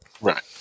right